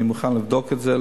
אני מוכן לבדוק את זה,